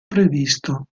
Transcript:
previsto